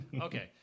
okay